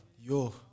Yo